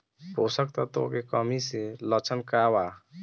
पोषक तत्व के कमी के लक्षण का वा?